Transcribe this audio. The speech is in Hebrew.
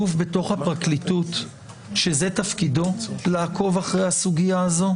יש גוף בתוך הפרקליטות שתפקידו הוא לעקוב אחרי הסוגייה הזו?